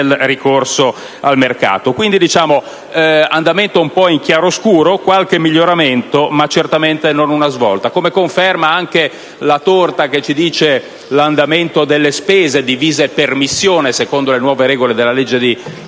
quindi un andamento in chiaroscuro con qualche miglioramento, ma certamente non una svolta, come conferma anche la torta che illustra l'andamento delle spese divise per missione, secondo le nuove regole della legge di contabilità